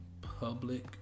Public